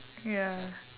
ya